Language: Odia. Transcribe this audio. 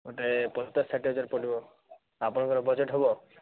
ଗୋଟେ ପଚାଶ ଷାଠିଏ ହଜାର ପଡ଼ିବ ଆପଣଙ୍କର ବଜେଟ୍ ହେବ